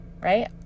right